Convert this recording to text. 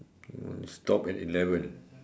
mm stop at eleven